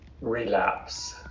relapse